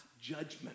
judgment